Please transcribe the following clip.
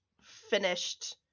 finished